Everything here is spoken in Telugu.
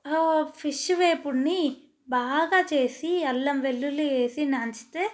ఆ ఫిష్ వేపుడుని బాగా చేసి అల్లం వెల్లుల్లి వేసి దంచితే